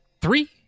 three